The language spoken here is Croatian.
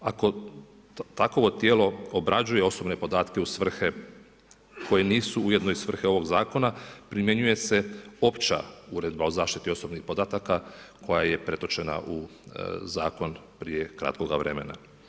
Ako takovo tijelo obrađuje osobne podatke u svrhe koje nisu ujedno svrhe ovog zakona, primjenjuje se opća uredba o zaštiti osobnih podataka koja je pretočena u zakon prije kratkog vremena.